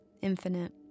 infinite